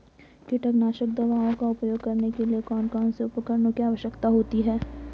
कीटनाशक दवाओं का उपयोग करने के लिए कौन कौन से उपकरणों की आवश्यकता होती है?